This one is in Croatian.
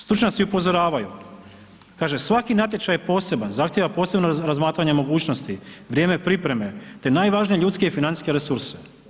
Stručnjaci upozoravaju kaže svaki natječaj je poseban zahtjeva posebno razmatranje mogućnosti, vrijeme pripreme te najvažnije ljudske i financijske resurse.